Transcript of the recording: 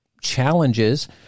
challenges –